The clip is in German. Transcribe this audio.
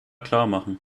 klarmachen